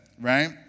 Right